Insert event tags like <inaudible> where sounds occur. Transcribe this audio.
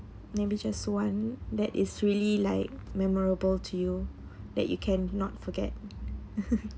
maybe just one that is really like memorable to you that you cannot forget <laughs>